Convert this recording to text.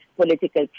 political